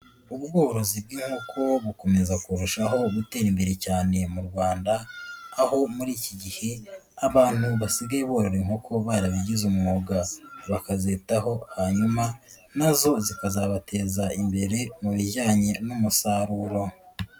Ubworozi bw'inkoko bukomeza kurushaho gutera imbere cyane mu Rwanda, aho muri iki gihe, abantu basigaye borora inkoko barabigize umwuga, bakazitaho hanyuma nazo zikazabateza imbere mu bijyanye n'umusaruro.